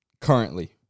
currently